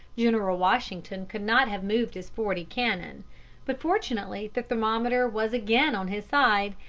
general washington could not have moved his forty cannon but, fortunately, the thermometer was again on his side,